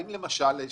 האם, לשיטתכם,